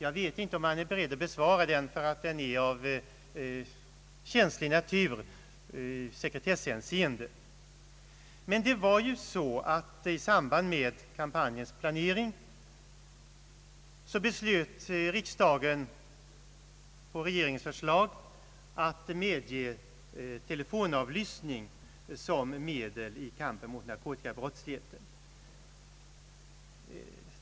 Jag vet inte om han är beredd att besvara den, eftersom den är av känslig natur i sekretesshänseende. Men det var ju så att i samband med kampanjens planering beslöt riksdagen på regeringens förslag att medge telefonavlyssning som medel i kampen mot narkotikabrottsligheten.